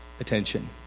attention